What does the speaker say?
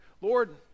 Lord